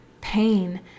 pain